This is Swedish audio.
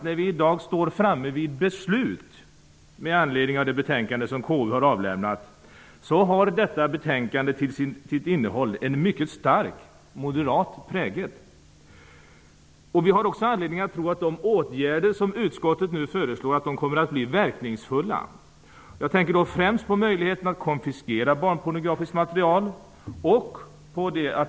När vi i dag står framme vid ett beslut med anledning av det betänkande som KU har avlämnat kan vi konstatera att detta betänkande har en mycket stark moderat prägel när det gäller innehållet. Vi har också anledning att tro att de åtgärder som utskottet nu föreslår kommer att bli verkningsfulla. Jag tänker då främst på möjligheten att konfiskera barnpornografiskt material.